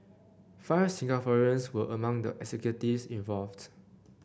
five Singaporeans were among the executives involved